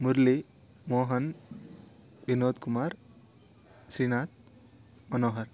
Murali Mohan Vinod Kumar Srinath Manohar